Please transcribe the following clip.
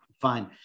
fine